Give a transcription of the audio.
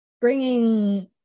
bringing